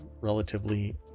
relatively